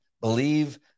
believe